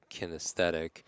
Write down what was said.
kinesthetic